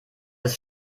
ist